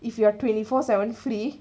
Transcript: if you are twenty four seven free